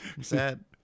Sad